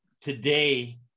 today